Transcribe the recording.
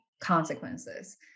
consequences